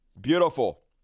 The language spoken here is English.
Beautiful